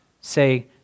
say